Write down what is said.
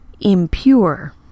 impure